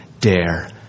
dare